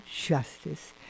justice